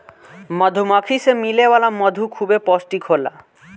मधुमक्खी से मिले वाला मधु खूबे पौष्टिक होला